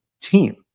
team